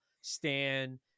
stan